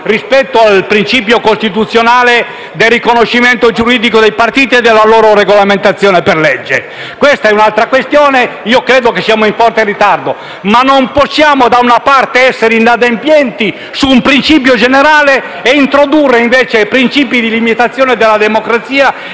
rispetto al principio costituzionale del riconoscimento giuridico dei partiti e della loro regolamentazione per legge. Questa è un'altra questione. Credo che siamo in forte ritardo, ma non possiamo, da una parte, essere inadempienti su un principio generale e introdurre, invece, principi di limitazione della democrazia